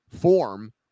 form